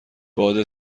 باد